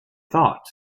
thought